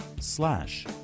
slash